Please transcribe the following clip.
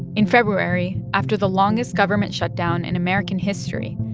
in february, after the longest government shutdown in american history,